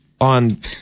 on